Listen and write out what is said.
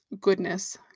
goodness